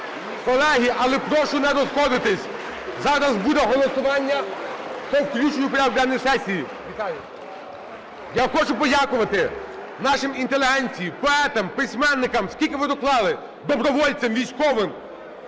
Колеги, але прошу не розходитись. Зараз буде голосування по включенню в порядок денний сесії. Я хочу подякувати нашій інтелігенції, поетам, письменникам, скільки ви доклали, добровольцям, військовим.